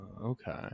okay